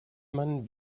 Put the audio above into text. man